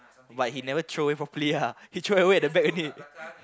but he never throw away properly ah he throw away at the back already